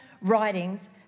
writings